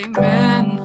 Amen